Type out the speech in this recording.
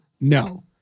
No